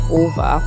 over